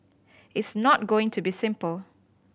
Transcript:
it's not going to be simple